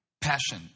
passion